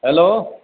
hello